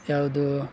ಯಾವ್ದು